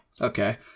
Okay